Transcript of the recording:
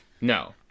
No